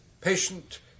patient